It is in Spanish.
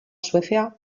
suecia